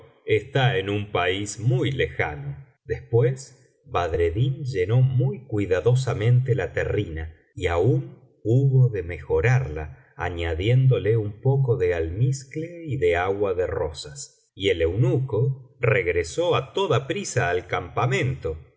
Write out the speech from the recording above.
está en un país muy lejano después badredclin llenó muy cuidadosamente la terrina y aún hubo de mejorarla añadiéndole un poco de almizcle y de agua de rosas y el eunuco regresó á toda prisa al campamento